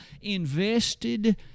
invested